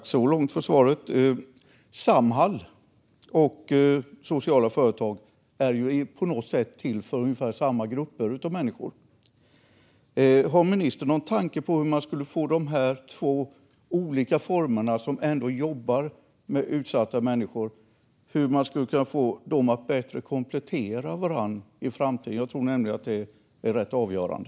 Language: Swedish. Herr talman! Tack för svaret så långt! Samhall och sociala företag är till för ungefär samma grupper av människor. Har ministern någon tanke om hur man ska få dessa två olika former som jobbar med utsatta människor att komplettera varandra bättre i framtiden? Jag tror nämligen att det är rätt avgörande.